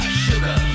sugar